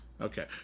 Okay